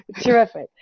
terrific